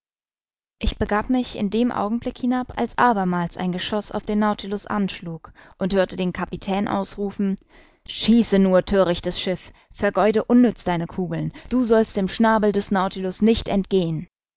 ich begab mich in dem augenblick hinab als abermals ein geschoß auf den nautilus anschlug und hörte den kapitän ausrufen schieße nur thörichtes schiff vergeude unnütz deine kugeln du sollst dem schnabel des nautilus nicht entgehen